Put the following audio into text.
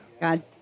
God